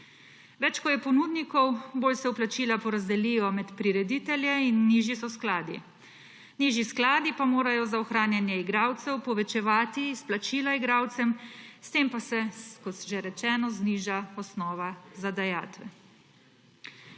Več ko je ponudnikov, bolj se vplačila porazdelijo med prireditelje in nižji so skladi. Nižji skladi pa morajo za ohranjanje igralcev povečevati izplačila igralcem, s tem pa se, kot že rečeno, zniža osnova za dajatve.